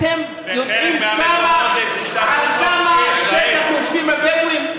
אתם יודעים על כמה שטח יושבים הבדואים?